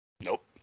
Nope